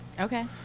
Okay